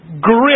grip